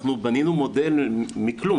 אנחנו בנינו מודל מכלום,